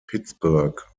pittsburgh